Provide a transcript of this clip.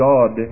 God